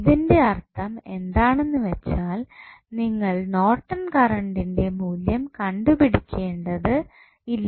ഇതിൻറെ അർത്ഥം എന്താണെന്ന് വെച്ചാൽ നിങ്ങൾ നോർട്ടൺ കറൻറ്ന്റെ മൂല്യം കണ്ടുപിടിക്കേണ്ടത് ഇല്ല